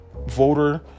voter